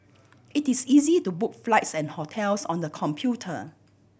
it is easy to book flights and hotels on the computer